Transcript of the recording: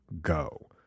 Go